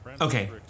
Okay